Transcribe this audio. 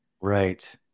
right